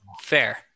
Fair